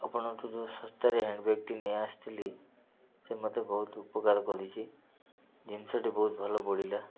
ଆପଣଙ୍କଠୁ ଯେଉଁ ଶସ୍ତାରେ ହ୍ୟାଣ୍ଡବ୍ୟାଗ୍ଟି ନେଇ ଆସିଥିଲି ସେ ମୋତେ ବହୁତ ଉପକାର କରିଛି ଜିନିଷଟି ବହୁତ ଭଲ ପଡ଼ିଲା